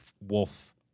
wolf